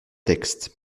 texte